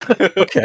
Okay